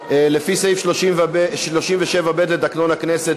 לפי סעיף 37(ב) לתקנון הכנסת,